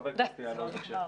חבר הכנסת יעלון, בבקשה.